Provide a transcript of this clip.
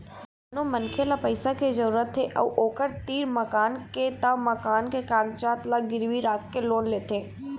कोनो मनखे ल पइसा के जरूरत हे अउ ओखर तीर मकान के त मकान के कागजात ल गिरवी राखके लोन लेथे